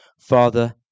Father